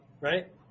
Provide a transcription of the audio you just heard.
Right